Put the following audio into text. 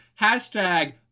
Hashtag